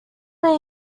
may